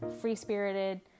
free-spirited